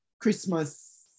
Christmas